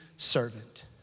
servant